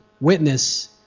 witness